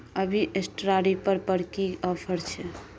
अभी straw reaper पर की ऑफर छै?